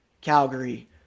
Calgary